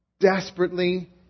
Desperately